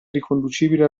riconducibile